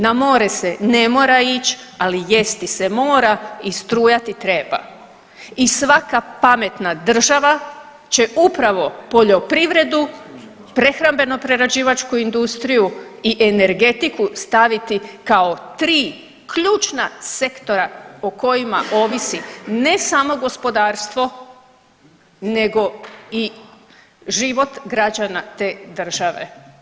Na more se ne mora ići, ali jesti se mora i struja ti treba i svaka pametna država će upravo poljoprivredu, prehrambeno-prerađivačku industriju i energetiku staviti kao 3 ključna sektora o kojima ovisi ne samo gospodarstvo, nego i život građana te države.